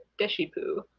Deshipu